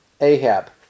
Ahab